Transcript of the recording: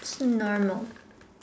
normal